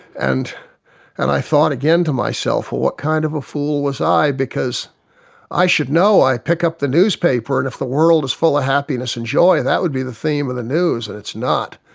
and and i thought again to myself, well, what kind of a fool was i because i should know, i pick up the newspaper, and if the world is full of ah happiness and joy that would be the theme of the news, and it's not.